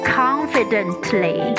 confidently